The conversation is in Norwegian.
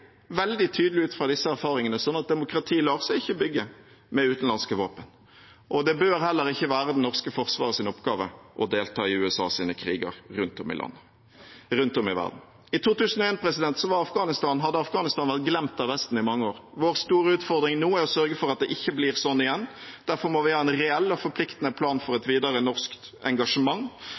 veldig tydelig ut fra disse erfaringene at demokrati ikke lar seg bygge med utenlandske våpen. Det bør heller ikke være det norske forsvarets oppgave å delta i USAs kriger rundt om i verden. I 2001 hadde Afghanistan vært glemt av Vesten i mange år. Vår store utfordring nå er å sørge for at det ikke blir sånn igjen. Derfor må vi ha en reell og forpliktende plan for et videre norsk engasjement.